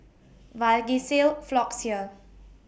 Vagisil Floxia